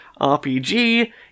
RPG